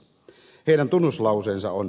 heidän tunnuslauseensa on